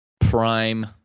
prime